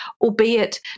albeit